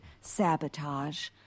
sabotage